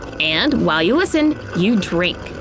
and while you listen, you drink.